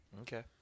Okay